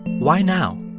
why now?